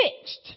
fixed